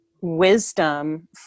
wisdom